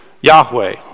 Yahweh